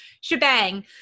shebang